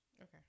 Okay